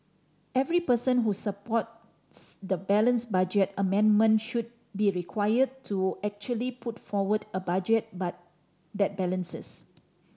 every person who supports the balanced budget amendment should be required to actually put forward a budget but that balances